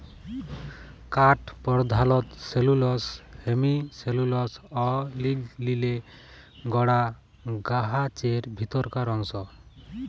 কাঠ পরধালত cellulose, hemicellulose অ লিগলিলে গড়া গাহাচের ভিতরকার অংশ